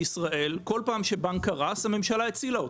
כל פעם שבנק בישראל קרס הממשלה הצילה אותו.